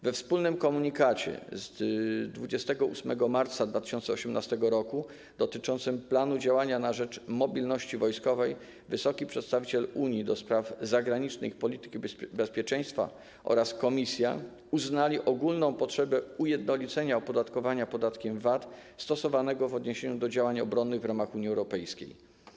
We wspólnym komunikacie z 28 marca 2018 r. dotyczącym planu działania na rzecz mobilności wojskowej wysoki przedstawiciel Unii do spraw zagranicznych i polityki bezpieczeństwa oraz Komisja uznali ogólną potrzebę ujednolicenia opodatkowania podatkiem VAT stosowanego w odniesieniu do działań obronnych w ramach Unii Europejskiej.